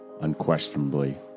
unquestionably